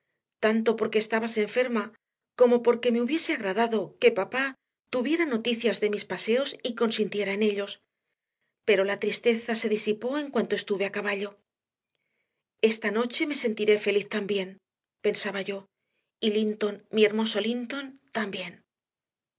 tanto porque estabas enferma como porque me hubiese agradado que papá tuviera noticias de mis paseos y consintiera en ellos pero la tristeza se disipó en cuanto estuve a caballo esta noche me sentiré feliz también pensaba yo y linton mi hermoso linton también